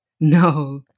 No